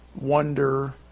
wonder